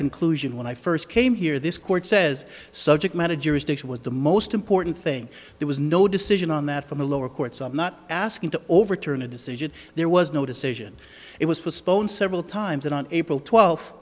conclusion when i first came here this court says subject matter jurisdiction was the most important thing there was no decision on that from the lower courts i'm not asking to overturn a decision there was no decision it was postponed several times and on april twel